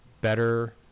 better